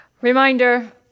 Reminder